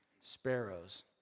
sparrows